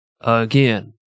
again